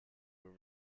were